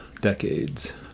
decades